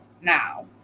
now